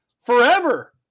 forever